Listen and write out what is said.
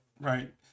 Right